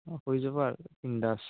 অঁ হৈ যাব আৰ বিন্দাছ